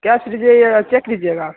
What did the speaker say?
कैस लीजिएगा या चेक लीजिएगा